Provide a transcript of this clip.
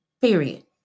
Period